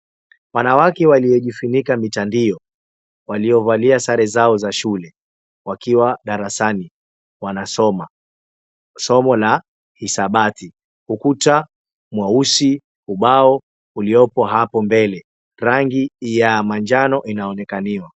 Wanawake waliojifunika mitandio, waliovalia sare zao za shule, wakiwa darasani, wanasoma. Somo la hisabati. Ukuta mweusi, ubao uliopo hapo mbele, rangi ya manjano inaonekaniwa.